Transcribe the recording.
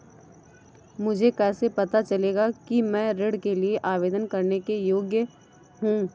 मुझे कैसे पता चलेगा कि मैं ऋण के लिए आवेदन करने के योग्य हूँ?